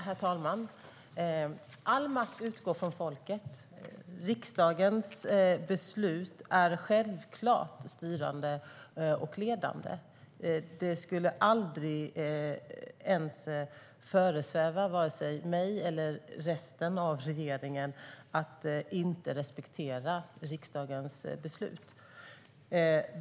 Herr talman! All makt utgår från folket. Riksdagens beslut är självklart styrande och ledande. Det skulle aldrig föresväva vare sig mig eller resten av regeringen att inte respektera riksdagens beslut.